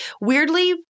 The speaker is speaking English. weirdly